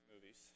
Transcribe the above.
movies